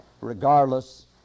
regardless